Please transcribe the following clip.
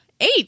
eight